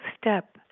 step